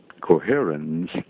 coherence